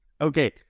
Okay